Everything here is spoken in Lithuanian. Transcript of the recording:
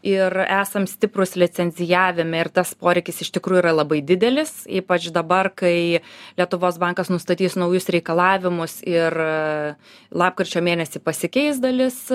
ir esam stiprūs licencijavime ir tas poreikis iš tikrųjų yra labai didelis ypač dabar kai lietuvos bankas nustatys naujus reikalavimus ir lapkričio mėnesį pasikeis dalis